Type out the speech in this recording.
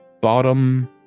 bottom